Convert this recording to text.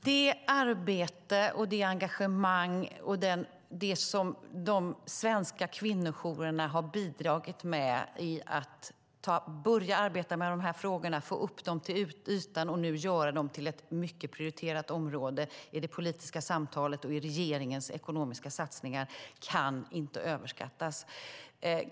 Fru talman! Det arbete, det engagemang och det som de svenska kvinnojourerna har bidragit med för att föra upp de här frågorna till ytan och göra dem till ett prioriterat område i det politiska samtalet och regeringens ekonomiska satsningar kan inte överskattas.